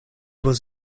was